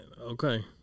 Okay